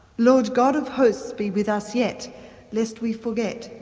lord god of hosts, be with us yet lest we forget,